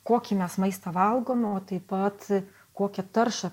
kokį mes maistą valgom o taip pat kokią taršą